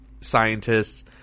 scientists